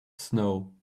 snow